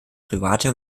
private